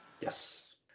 Yes